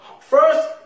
first